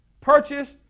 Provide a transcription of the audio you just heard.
purchased